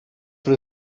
for